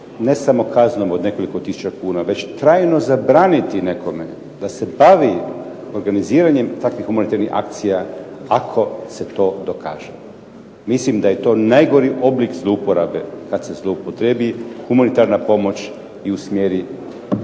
ne samo kaznom od nekoliko tisuća kuna već trajno zabraniti nekome da se bavi organiziranjem takvih humanitarnih akcija ako se to dokaže. Mislim da je to najgori oblik zlouporabe kad se zloupotrijebi humanitarna pomoć i usmjeri.